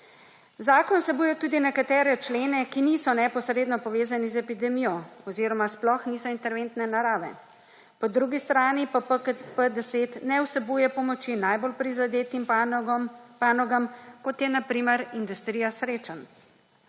Zakon vsebuje tudi nekatere člene, ki niso neposredno povezani z epidemijo oziroma sploh niso interventne narave. Po drugi strani pa PKP10 ne vsebuje pomoči najbolj prizadetim panogam, kot je na primer industrija srečanj.